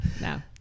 No